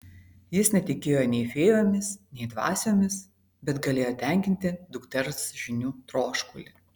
jis netikėjo nei fėjomis nei dvasiomis bet galėjo tenkinti dukters žinių troškulį